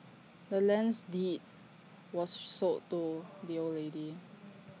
the land's deed was sold to the old lady